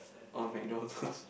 or McDonald